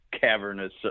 cavernous